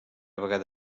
vegada